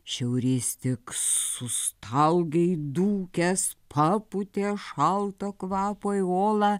šiaurys tik sustaugė įdūkęs papūtė šalto kvapo į olą